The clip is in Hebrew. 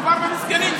מדובר במסכנים,